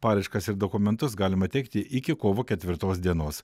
paraiškas ir dokumentus galima teikti iki kovo ketvirtos dienos